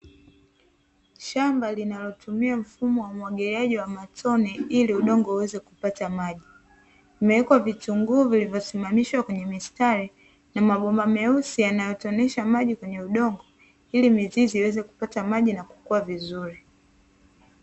Shamba linalotumia mfumo wa umwagiliaji wa matone ili udongo uweze kupata maji limewekwa vitunguu vilivyosimamishwa kwenye mstari na mabomba meusi yanayotonesha maji kwenye udongo ili mizizi iweze kupata maji na kukua vizuri.